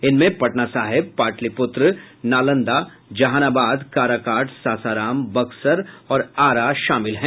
इनमें पटना साहिब पाटलिपुत्र नालंदा जहानाबाद काराकाट सासाराम बक्सर और आरा शामिल हैं